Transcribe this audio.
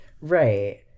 right